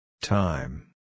Time